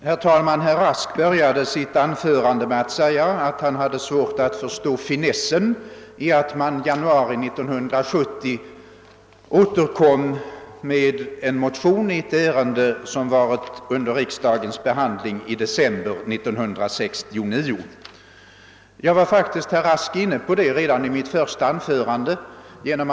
Herr talman! Herr Rask började sitt anförande med att säga att han hade svårt att förstå finessen med att man i januari 1970 återkom med en motion i ett ärende som varit under riksdagens behandling i december 1969. Jag var faktiskt inne på den saken redan i mitt första anförande, herr Rask.